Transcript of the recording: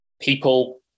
people